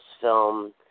film